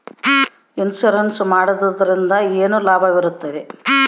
Insurance ಮಾಡೋದ್ರಿಂದ ಏನು ಲಾಭವಿರುತ್ತದೆ?